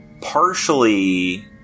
partially